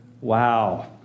Wow